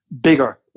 bigger